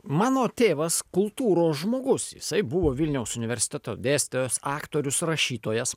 mano tėvas kultūros žmogus jisai buvo vilniaus universiteto dėstytojas aktorius rašytojas